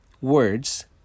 words